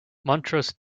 montrose